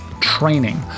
training